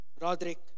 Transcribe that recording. Roderick